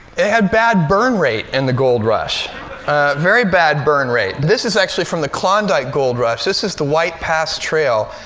had bad burn rate in the gold rush. a very bad burn rate. this is actually from the klondike gold rush. this is the white pass trail.